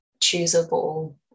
choosable